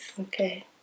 okay